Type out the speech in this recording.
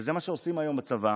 וזה מה שעושים היום בצבא.